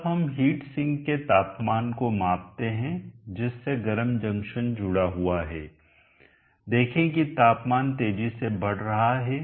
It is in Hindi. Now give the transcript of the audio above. अब हम हीट सिंक के तापमान को मापते हैं जिससे गर्म जंक्शन जुड़ा हुआ है देखें कि तापमान तेजी से बढ़ रहा है